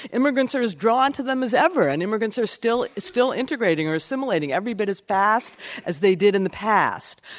immigrants are as drawn to them as ever, and immigrants are still still integrating or assimilating every bit as fast as they did in the past.